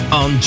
on